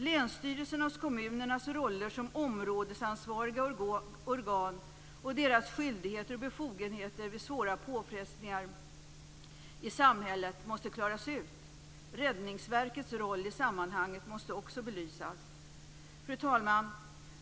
Länsstyrelsernas och kommunernas roller som områdesansvariga organ och deras skyldigheter och befogenheter vid svåra påfrestningar i samhället måste klaras ut. Räddningsverkets roll i sammanhanget måste också belysas. Fru talman!